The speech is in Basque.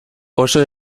oso